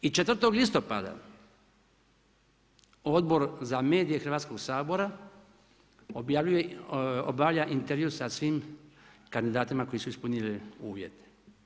I 4. listopada, Odbor za medije Hrvatskog sabora, obavlja intervju, sa svim kandidatima koji su ispunili uvjete.